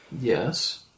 Yes